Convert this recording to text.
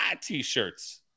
t-shirts